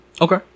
Okay